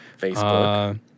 Facebook